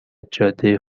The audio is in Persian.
جاده